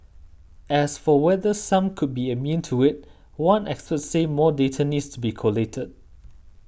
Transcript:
as for whether some could be immune to it one expert said more data needs to be collated